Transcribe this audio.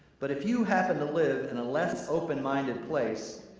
but if you happen to live in a less open-minded place,